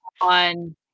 on